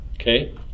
Okay